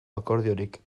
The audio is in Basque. akordiorik